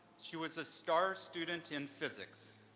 she was a star student in physics.